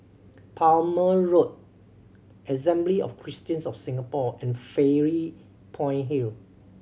Palmer Road Assembly of Christians of Singapore and Fairy Point Hill